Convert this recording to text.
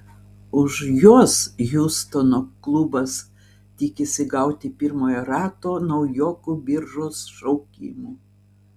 už juos hjustono klubas tikisi gauti pirmojo rato naujokų biržos šaukimų